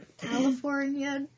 California